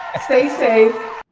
stay safe.